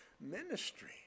ministry